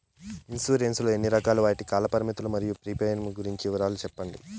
Insurance లు ఎన్ని రకాలు? వాటి కాల పరిమితులు మరియు ప్రీమియం గురించి వివరాలు సెప్పండి?